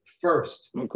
First